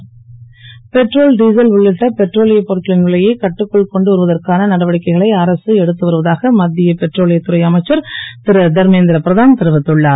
Dharmendra Pradhan petrol diesel உள்ளிட்ட பெட்ரோலியப் பொருட்களின் விலையைக் கட்டுக்குள் கொண்டு வருவதற்கான நடவடிக்கைகளை அரசு எடுத்து வருவதாக மத் ய பெட்ரோலியத் துறை அமைச்சர் ரு தர்மேந் ரபிரதான் தெரிவித்துள்ளார்